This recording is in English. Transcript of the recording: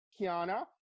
Kiana